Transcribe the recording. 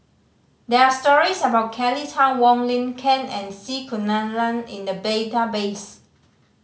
there are stories about Kelly Tang Wong Lin Ken and C Kunalan in the database